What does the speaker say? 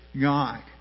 God